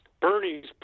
Bernie's